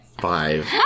Five